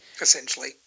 essentially